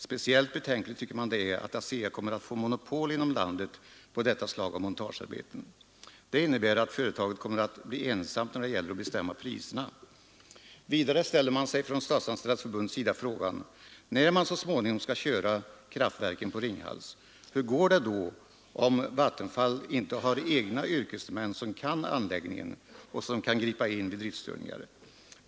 Speciellt betänkligt tycker man det är att ASEA kommer att få monopol inom landet på detta slag av montagearbeten. Det innebär att företaget kommer att bli ensamt när det gäller att bestämma priserna. Vidare ställer Statsanställdas förbund frågan: När man så småningom skall köra kraftverken på Ringhals — hur går det då om Vattenfall inte har egna yrkesmän som kan anläggningen och som kan gripa in vid driftstörningar?